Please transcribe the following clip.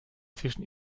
zwischen